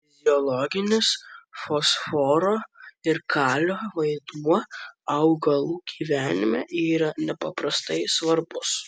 fiziologinis fosforo ir kalio vaidmuo augalų gyvenime yra nepaprastai svarbus